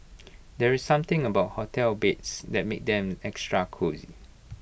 there's something about hotel beds that makes them extra cosy